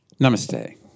Namaste